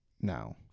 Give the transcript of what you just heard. Now